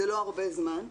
זה לא הרבה זמן,